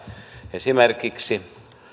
esimerkiksi